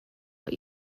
what